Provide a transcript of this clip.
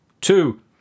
Two